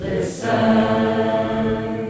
Listen